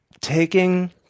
taking